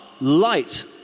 light